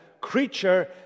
creature